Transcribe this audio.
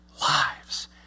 lives